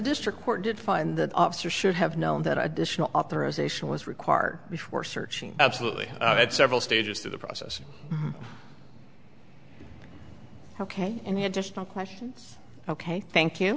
district court did find that officer should have known that additional authorization was required before searching absolutely at several stages through the process ok in the additional questions ok thank you